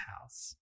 house